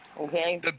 Okay